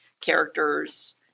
characters